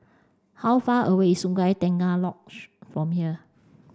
how far away Sungei Tengah Lodge from here